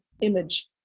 image